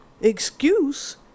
Excuse